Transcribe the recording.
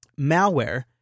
malware